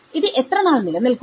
ഇത് എത്ര നാൾ നിലനിൽക്കും